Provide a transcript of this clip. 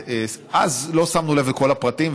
אז לא שמנו לב לכל הפרטים,